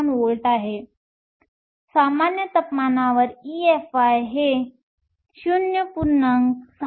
633 eV आहे सामान्य तापमानावर EFi हे 0